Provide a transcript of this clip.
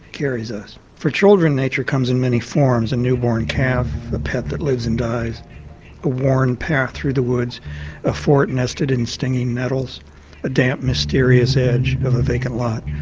carries us. for children, nature comes in many forms. a newborn calf a pet that lives and dies a worn path through the woods a fort nested in stinging nettles a damp, mysterious edge of a vacant lot.